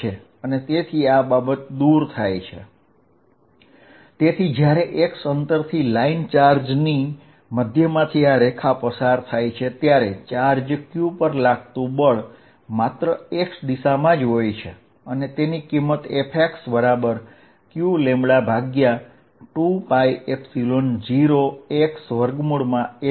Fy qλ4π0 L2L2ydyx2y2320 તેથી જ્યારે x અંતરથી લાઈન ચાર્જની મધ્યમાંથી પસાર થાય છે ત્યારે ચાર્જ q પર લાગતું બળ માત્ર એક જ દિશા x માં હોય છે અને તેની વેલ્યુ Fxqλ2π0xLL24x2મળે છે